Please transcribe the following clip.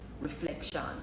reflection